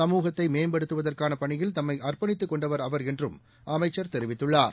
சமூகத்தைமேம்படுத்துவதற்கானபணியில் தம்மைஅர்ப்பணித்துக் கொண்டவர் அவர் என்றும் அமைச்சர் தெரிவித்துள்ளார்